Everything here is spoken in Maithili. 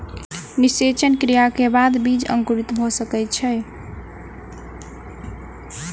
निषेचन क्रिया के बाद बीज अंकुरित भ सकै छै